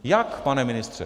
Jak, pane ministře?